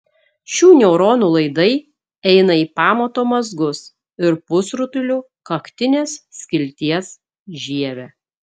šių neuronų laidai eina į pamato mazgus ir pusrutulių kaktinės skilties žievę